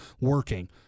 working